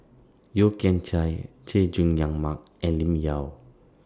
Yeo Kian Chai Chay Jung Jun Mark and Lim Yau